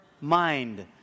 mind